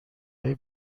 های